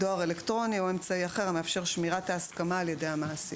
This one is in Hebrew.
דואר אלקטרוני או אמצעי אחר המאפשר שמירת ההסכמה על-ידי המעסיק".